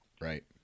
right